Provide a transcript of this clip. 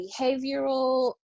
behavioral